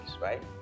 right